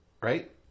right